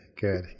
Good